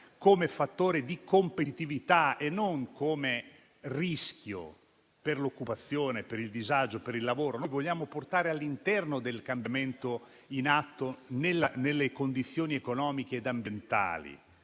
come fattore di competitività e non come rischio per l'occupazione, per il disagio e per il lavoro. Noi vogliamo portare all'interno del cambiamento in atto le condizioni economiche ed ambientali: